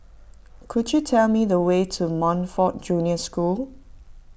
could you tell me the way to Montfort Junior School